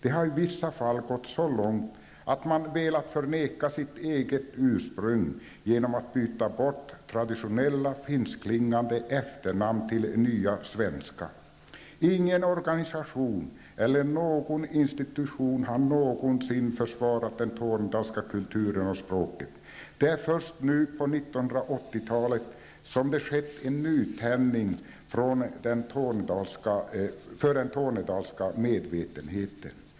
Det har i vissa fall gått så långt att man velat förneka sitt eget ursprung genom att byta bort traditionella finskklingande efternamn till nya svenska. Ingen organisation eller någon institution har någonsin försvarat den tornedalska kulturen och språket. Det är först nu på 1980-talet som det skett en nytändning för den tornedalska medvetenheten.